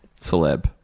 celeb